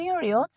period